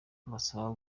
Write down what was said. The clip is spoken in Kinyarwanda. basaba